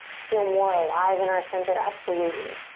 feel more alive in our center? absolutely.